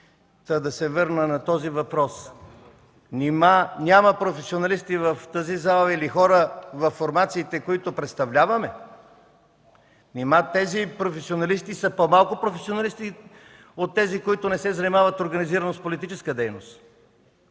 да се върна на този въпрос – нима няма професионалисти в тази зала или хора във формациите, които представляваме? Нима тези професионалисти са по-малко професионалисти от тези, които не се занимават организирано с политическа дейност?